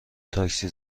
تاکسی